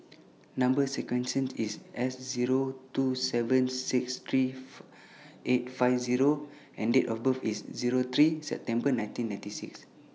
Number sequence sent IS S Zero two seven six three four eight five Zero and Date of birth IS Zero three September nineteen ninety six